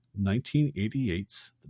1988's